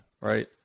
right